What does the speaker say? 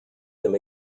him